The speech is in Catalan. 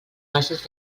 bases